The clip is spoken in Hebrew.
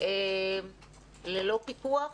ללא פיקוח,